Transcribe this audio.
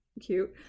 cute